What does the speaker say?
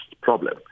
problem